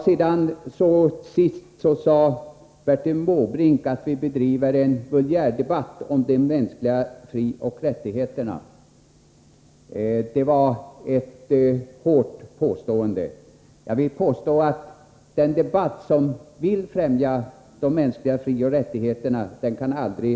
Till sist sade Bertil Måbrink att vi bedriver en vulgärdebatt om de mänskliga frioch rättigheterna. Det var ett hårt påstående. Jag vill påstå att den debatt som vill ffrämja de mänskliga frioch rättigheterna aldrig kan bli vulgär.